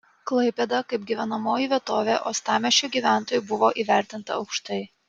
klaipėda kaip gyvenamoji vietovė uostamiesčio gyventojų buvo įvertinta aukštai